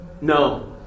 No